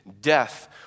death